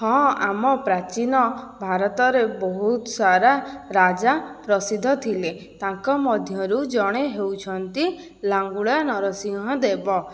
ହଁ ଆମ ପ୍ରାଚୀନ ଭାରତରେ ବହୁତ ସାରା ରାଜା ପ୍ରସିଦ୍ଧ ଥିଲେ ତାଙ୍କ ମଧ୍ୟରୁ ଜଣେ ହେଉଛନ୍ତି ଲାଙ୍ଗୁଳା ନରସିଂହ ଦେବ